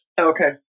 Okay